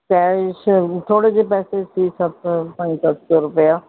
cash ਥੋੜ੍ਹੇ ਜਿਹੇ ਪੈਸੇ ਸੀ ਸੱਤ ਪੰਜ ਸੱਤ ਸੌ ਰੁਪਇਆ